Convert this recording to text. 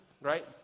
right